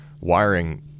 wiring